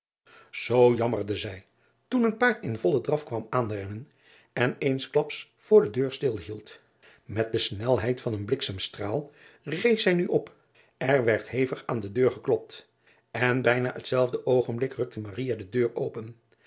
oo jammerde zij toen een paard in vollen draf kwam aanrennen en eensklaps voor de deur stil hield et de snelheid van een bliksemstraal rees zij nu op r werd hevig aan de deur geklopt n bijna hetzelfde oogenblik rukte de deur open